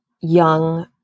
young